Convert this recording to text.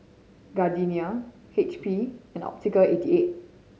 Gardenia H P and Optical eighty eight